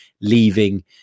leaving